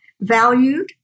valued